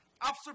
Officer